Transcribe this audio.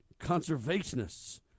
conservationists